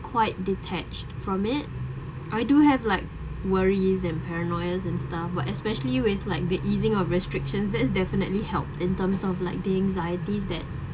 quite detached from it I do have like worries and paranoia and stuff what especially with like the easing of restrictions that's definitely help in terms of like the anxieties that